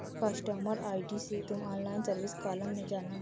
customer ID से तुम online service column में जाना